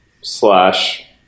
slash